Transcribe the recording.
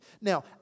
Now